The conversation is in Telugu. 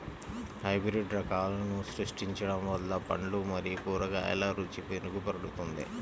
హైబ్రిడ్ రకాలను సృష్టించడం వల్ల పండ్లు మరియు కూరగాయల రుచి మెరుగుపడుతుంది